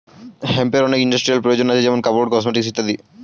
হেম্পের অনেক ইন্ডাস্ট্রিয়াল প্রয়োজন আছে যেমন কাপড়, কসমেটিকস ইত্যাদি